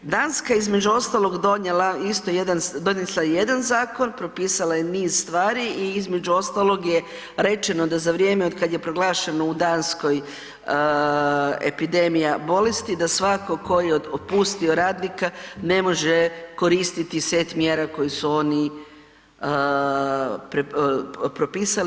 Danska je između ostalog donijela isto jedan, donesla jedan zakon, propisala je niz stvari i između ostalog je rečeno da za vrijeme od kad je proglašeno u Danskoj epidemija bolesti da svatko tko je otpustio radnika ne može koristiti set mjera koji su oni propisali.